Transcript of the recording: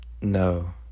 no